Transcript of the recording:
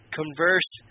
converse